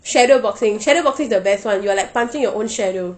shadow boxing shadow boxing is the best [one] you are like punching your own shadow